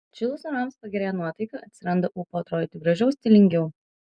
atšilus orams pagerėja nuotaika atsiranda ūpo atrodyti gražiau stilingiau